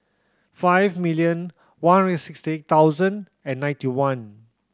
five million one hundred sixty thousand and ninety one